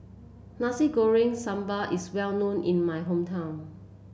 Nasi Goreng Sambal is well known in my hometown